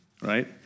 right